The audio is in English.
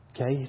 Okay